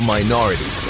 Minority